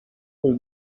will